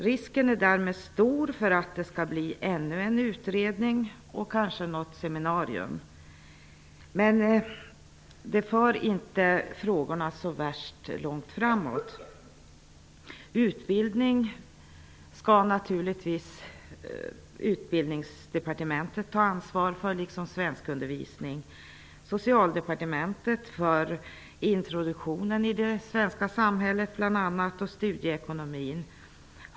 Risken är därmed stor för ännu en utredning och kanske något seminarium. Men det för inte frågorna så värst långt framåt. Utbildning skall naturligtvis Utbildningsdepartementet ta ansvar för, exempelvis svenskundervisningen. Socialdepartementet skall ta ansvar bl.a. för introduktionen till det svenska samhället och för studieekonomin.